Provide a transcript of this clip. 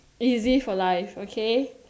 easy for life okay